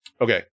okay